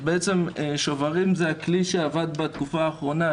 השוברים הם הכלי שעבד בתקופה האחרונה.